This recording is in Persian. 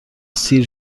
سیر